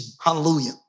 Hallelujah